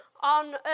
on